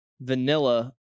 vanilla